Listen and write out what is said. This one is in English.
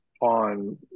on